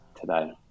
today